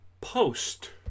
post